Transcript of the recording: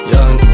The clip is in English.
Young